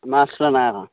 মাছ